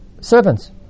servants